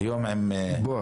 והיום זה עם בואש,